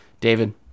david